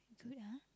good ah